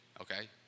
okay